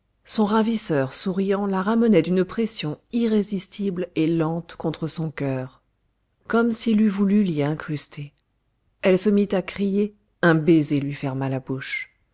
son ravisseur souriant la ramenait d'une pression irrésistible et lente contre son cœur comme s'il eût voulu l'y incruster elle se mit à crier un baiser lui ferma la bouche